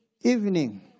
Evening